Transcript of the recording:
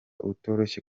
utoroshye